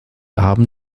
haben